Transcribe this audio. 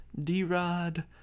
d-rod